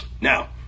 Now